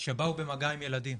שבאו במגע עם ילדים.